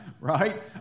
right